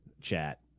chat